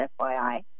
FYI